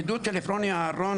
עדות של עפרוני אהרון,